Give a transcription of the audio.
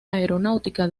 aeronáutica